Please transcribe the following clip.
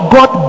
God